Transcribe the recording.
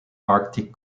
arctic